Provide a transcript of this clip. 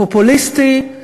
פופוליסטי,